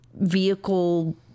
vehicle